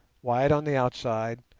wide on the outside,